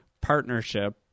partnership